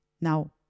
Now